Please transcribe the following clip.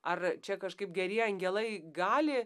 ar čia kažkaip geri angelai gali